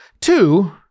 Two